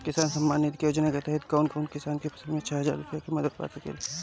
किसान सम्मान निधि योजना के तहत कउन कउन किसान साल में छह हजार रूपया के मदद पा सकेला?